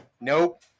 Nope